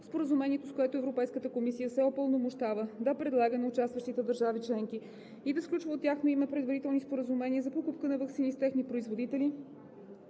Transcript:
Споразумението, с което Европейската комисия се упълномощава да предлага на участващите държави членки и да сключва от тяхно име предварителни споразумения за покупка на ваксини с техни производители